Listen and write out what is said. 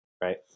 right